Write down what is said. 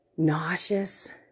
nauseous